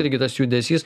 irgi tas judesys